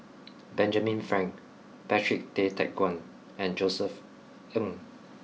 Benjamin Frank Patrick Tay Teck Guan and Josef Ng